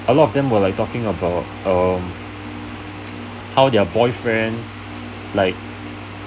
a lot of them were like talking about um how their boyfriend like